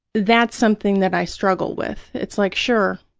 that's something that i struggle with. it's like, sure,